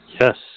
Yes